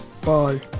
bye